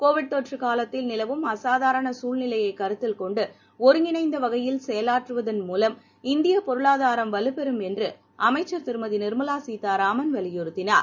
Covid தொற்றுகாலத்தில் நிலவும் அசாதாரணசூழ்நிலையைக் கருத்தில் கொன்டுஒருங்கிணைந்தவகையில் செயலாற்றுவதன் மூலம் இந்தியபொருளாதாரம் வலுப் பெறம் என்றுஅமைச்சர் திருமதிநிர்மலாசீதாராமன் வலியுறுத்தினார்